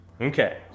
Okay